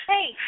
Hey